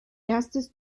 erstes